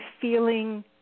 feeling